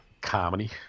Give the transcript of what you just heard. comedy